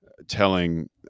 Telling